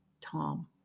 Tom